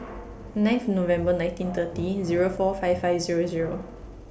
ninth November nineteen thirty Zero four five five Zero Zero